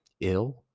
ill